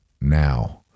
now